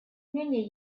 менее